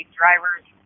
driver's